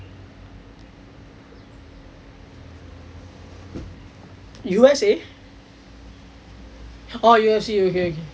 U_S_A orh U_F_C